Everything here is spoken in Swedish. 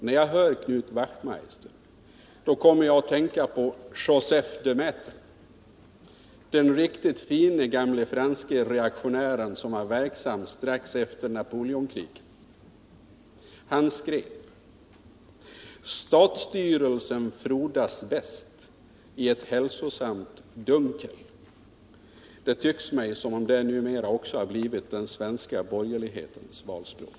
När jag hör Knut Wachtmeister kommer jag att tänka på Joseph de Maistre, den riktigt fine gamle franske reaktionären, som var verksam strax efter Napoleonkrigen. Han skrev: ”Statsstyrelsen frodas bäst i ett hälsosamt dunkel.” Det tycks mig som om det numera blivit den svenska borgerlighetens valspråk.